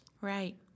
Right